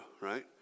right